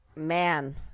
Man